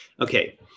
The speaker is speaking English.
Okay